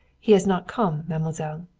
he has not come, mademoiselle.